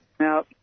Now